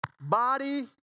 body